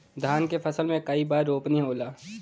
धान के फसल मे कई बार रोपनी होला?